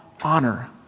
honor